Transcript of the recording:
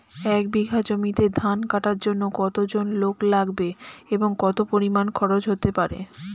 এক বিঘা জমিতে ধান কাটার জন্য কতজন লোক লাগবে এবং কত পরিমান খরচ হতে পারে?